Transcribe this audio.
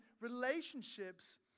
relationships